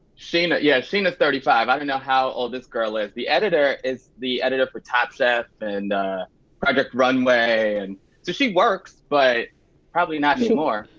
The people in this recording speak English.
scheana? yeah scheana is thirty five. i don't know how old this girl is. the editor, is the editor for top chef and project runway and. so she works, but probably not anymore.